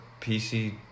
PC